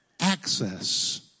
access